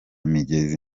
migezi